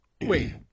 wait